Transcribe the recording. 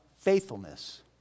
faithfulness